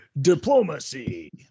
Diplomacy